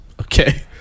Okay